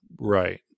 right